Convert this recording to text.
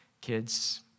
Kids